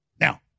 Now